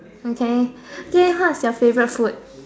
okay okay what is your favourite food